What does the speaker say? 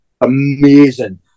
amazing